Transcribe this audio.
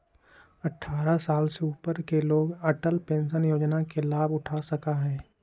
अट्ठारह साल से ऊपर के लोग अटल पेंशन योजना के लाभ उठा सका हई